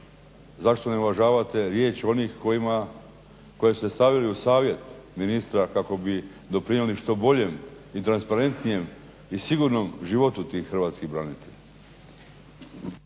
Zašto ne uvažavate riječ onih koje ste stavili u savjet ministra kako bi doprinijeli što boljem i transparentnijem i sigurnom životu tih hrvatskih branitelja?